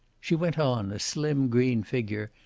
she went on, a slim green figure,